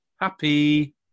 Happy